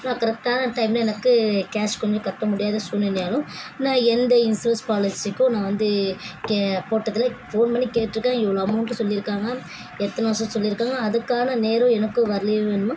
நான் கரெக்டான டைம்ல எனக்கு கேஷ் கொஞ்சம் கட்ட முடியாத சூல்நிலையாலும் நான் எந்த பாலிசிக்கும் நான் வந்து கே போட்டதில்லை ஃபோன் பண்ணி கேட்டிருக்குறேன் இவ்வளோ அமௌண்ட்டு சொல்லியிருக்காங்க எத்தனை வருஷம்னு சொல்லியிருக்காங்க அதுக்கான நேரம் எனக்கு வரலையோ என்னமோ